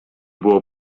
było